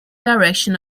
direction